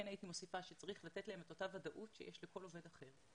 כן הייתי מוסיפה שצריך לתת את אותה ודאות שיש לכל עובד אחר.